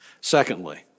Secondly